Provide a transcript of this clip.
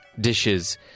dishes